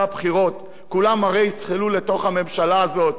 הבחירות כולם הרי יזחלו לתוך הממשלה הזאת,